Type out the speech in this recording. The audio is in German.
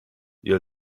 ihr